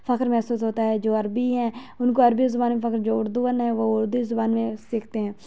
فخر محسوس ہوتا ہے جو عربی ہیں ان کو عربی زبان میں فخر جو اردو ون ہے وہ اردو زبان میں سیکھتے ہیں